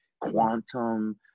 quantum